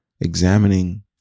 examining